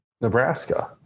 Nebraska